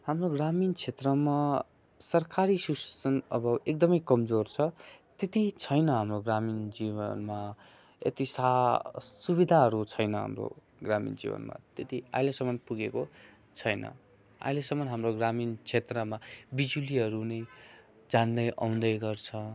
हाम्रो ग्रामीण क्षेत्रमा सरकारी एसोसिएसन अब एकदमै कमजोर छ त्यति छैन हाम्रो ग्रामीण जीवनमा यति सा सुविधाहरू छैन हाम्रो ग्रामीण जीवनमा त्यति अहिलेसम्म पुगेको छैन अहिलेसम्म हाम्रो ग्रामीण क्षेत्रमा बिजुलीहरू नि जाँदै आउँदै गर्छ